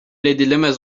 edilemez